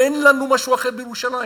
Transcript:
אין לנו משהו אחר בירושלים.